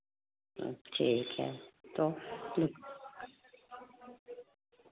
ठीक है तो